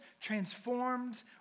transformed